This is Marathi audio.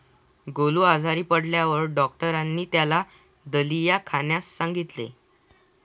गोलू आजारी पडल्यावर डॉक्टरांनी त्याला दलिया खाण्यास सांगितले